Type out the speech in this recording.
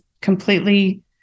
completely